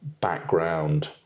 background